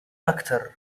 أكثر